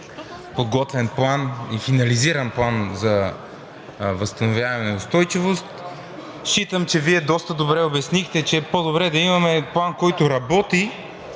подготвен план и финализиран План за възстановяване и устойчивост. Считам, че Вие доста добре обяснихте, че по-добре да имаме план, който работи,